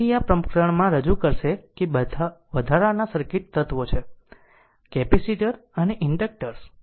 તેથી આ પ્રકરણમાં રજૂ કરશે કે બે વધારાના સર્કિટ તત્વો છે કેપેસિટર અને ઇન્ડક્ટર્સ